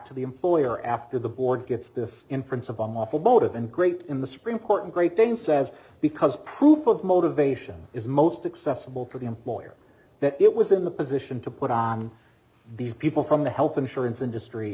to the employer after the board gets this inference of them off the boat and great in the supreme court and great dane says because proof of motivation is most accessible to the employer that it was in the position to put on these people from the health insurance industry